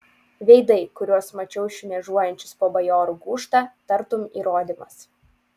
veidai kuriuos mačiau šmėžuojančius po bajorų gūžtą tartum įrodymas